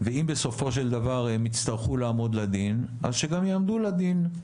ואם בסופו של דבר הם יצטרכו לעמוד לדין אז שגם יעמדו לדין,